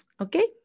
okay